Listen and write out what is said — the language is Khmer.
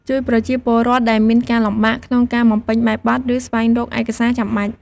ជួយប្រជាពលរដ្ឋដែលមានការលំបាកក្នុងការបំពេញបែបបទ ឬស្វែងរកឯកសារចាំបាច់។